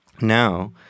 Now